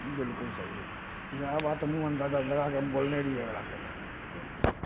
बिल्कुल सही हय इहए बात हमहूँ अन्दाजा लगाके हम बोलने रहियै अगिलाके